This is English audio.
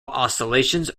oscillations